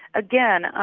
again,